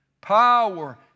Power